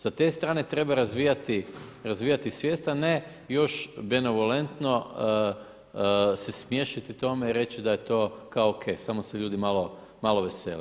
Sa tre strane treba razvijati svijest, a ne još benevolentno se smiješiti tome i reći da je to kao OK, samo se ljudi malo vesele.